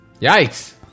yikes